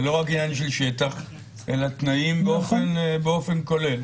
זה לא רק עניין של שטח אלא תנאים באופן כולל.